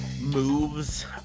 moves